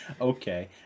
Okay